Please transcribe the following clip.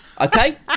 Okay